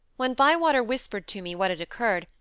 when bywater whispered to me what had occurred,